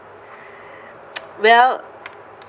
well